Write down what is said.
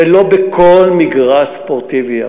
ולא בכל מגרש ספורטיבי אחר.